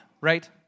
right